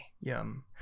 Yum